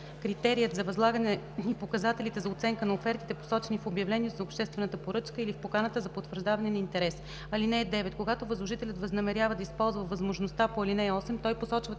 критерият за възлагане и показателите за оценка на офертите, посочени в обявлението за обществената поръчка или в поканата за потвърждаване на интерес. (9) Когато възложителят възнамерява да използва възможността по ал. 8, той посочва